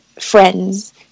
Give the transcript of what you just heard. friends